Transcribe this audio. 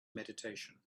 meditation